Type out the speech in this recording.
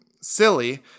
silly